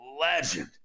legend